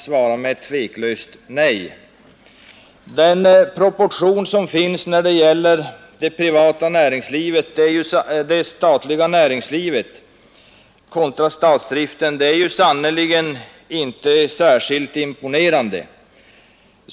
Statsdriftens omfattning ställd i proportion till det privata näringslivet är sannerligen inte särskilt imponerande.